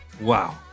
Wow